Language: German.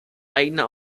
eigener